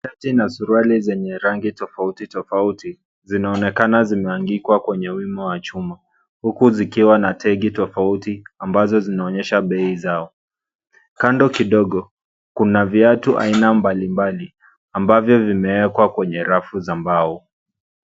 Shati na suruali zenye rangi tofauti tofauti zinaonekana zimeanikwa kwenye wima wa chuma huku zikiwa na tag tofauti ambazo zinaonyesha bei zao. Kando kidogo kuna viatu aina mbalimbali ambavyo vimeekwa kwenye rafu za mbao.